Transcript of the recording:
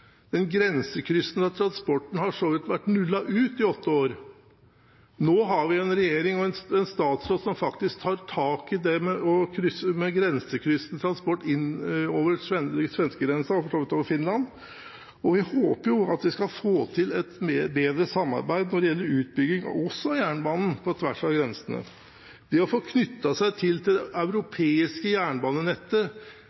Den grensekryssende transporten har for så vidt vært nullet ut i åtte år. Nå har vi en regjering og en statsråd som faktisk tar tak i grensekryssende transport inn over svenskegrensen og for så vidt over til Finland. Vi håper å få til et bedre samarbeid når det gjelder utbygging av jernbane på tvers av grensene. Det å få knyttet seg til det europeiske jernbanenettet